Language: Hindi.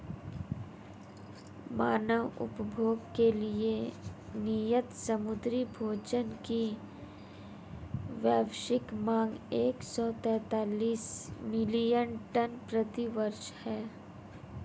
मानव उपभोग के लिए नियत समुद्री भोजन की वैश्विक मांग एक सौ तैंतालीस मिलियन टन प्रति वर्ष है